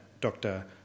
Dr